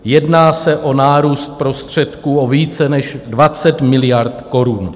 Jedná se o nárůst prostředků o více než 20 miliard korun.